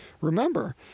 Remember